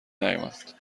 نیومد